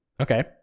Okay